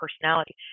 personality